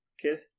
Kid